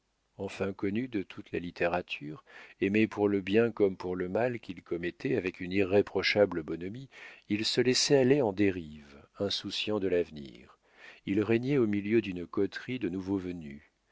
enfin connu de toute la littérature aimé pour le bien comme pour le mal qu'il commettait avec une irréprochable bonhomie il se laissait aller en dérive insouciant de l'avenir il régnait au milieu d'une coterie de nouveaux venus